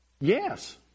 Yes